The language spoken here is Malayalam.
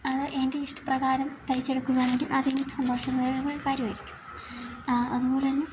അത് എൻ്റെ ഇഷ്ടപ്രകാരം തയിച്ച് എടുക്കുകയാണെങ്കിൽ അതെനിക്ക് സന്തോഷകരമായ കാര്യവായിരിക്കും അതുപോലെ തന്നെ